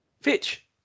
Fitch